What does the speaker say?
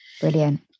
Brilliant